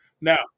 now